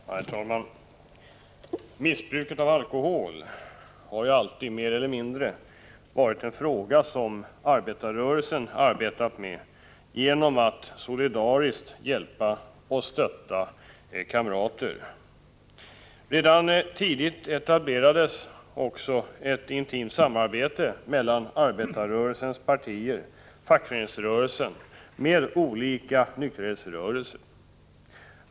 Herr talman! Missbruket av alkohol har alltid, mer eller mindre, varit en fråga som arbetarrörelsen arbetat med genom att solidariskt hjälpa och stötta kamrater. Redan tidigt etablerades också ett intimt samarbete mellan arbetarrörelsens partier och fackföreningsrörelsen med olika nykterhetsrörelser.